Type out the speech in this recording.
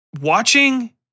watching